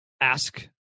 ask